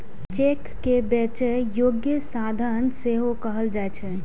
cheque कें बेचै योग्य साधन सेहो कहल जाइ छै